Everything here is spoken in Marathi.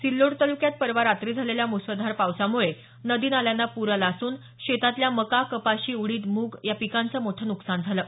सिल्लोड तालुक्यात परवा रात्री झालेल्या मुसळधार पावसामुळे नदी नाल्यांना पूर आला असून शेतातल्या मका कपाशी उडीद मूग या पिकांचं मोठं नुकसान झालं आहे